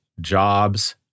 jobs